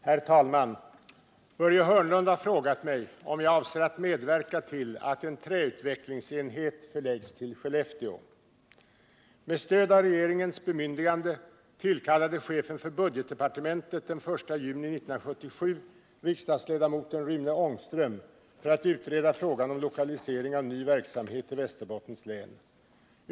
Herr talman! Börje Hörnlund har frågat mig om jag avser att medverka till att en träutvecklingsenhet förläggs till Skellefteå. partementet den 1 juni 1977 riksdagsledamoten Rune Ångström för att utreda frågan om lokalisering av ny verksamhet till Västerbottens län.